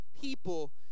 people